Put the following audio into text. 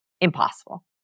impossible